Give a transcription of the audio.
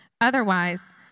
Otherwise